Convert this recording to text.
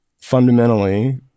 Fundamentally